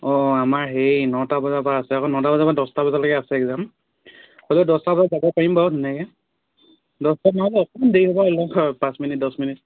অঁ আমাৰ সেই নটা বজাৰ পৰা আছে আকৌ নটা বজাৰ পৰা দহটা বজালৈ আছে একজাম হ'লেও দহটাত যাব পাৰিম বাৰু ধুনীয়াকৈ দহটাত নহ'লেও অকণ দেৰি হ'ব পাঁচ মিনিট দহ মিনিট